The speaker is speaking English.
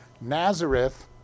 Nazareth